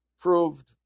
proved